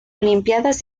olimpíadas